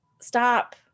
stop